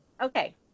Okay